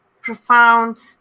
profound